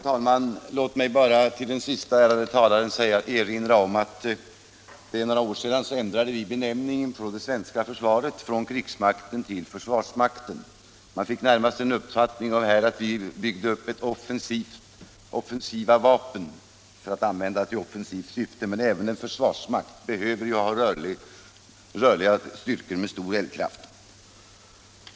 Herr talman! Jag vill först bara erinra herr Söderqvist om att vi för några år sedan ändrade benämningen på det svenska försvaret från krigsmakten till försvarsmakten. Av herr Söderqvists anförande fick man närmast uppfattningen att vi här har vapnen för användning i offensivt syfte, men även en försvarsmakt behöver ju ha rörliga styrkor med stor eldkraft.